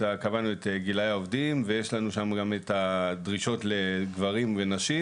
קבענו את גילאי העובדים ויש לנו שם גם את הדרישות לגברים ונשים,